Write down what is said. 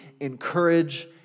encourage